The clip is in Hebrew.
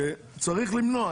שצריך למנוע.